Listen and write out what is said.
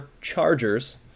Chargers